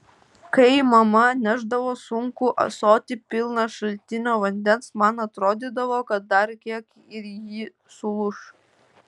kai mama nešdavo sunkų ąsotį pilną šaltinio vandens man atrodydavo kad dar kiek ir ji sulūš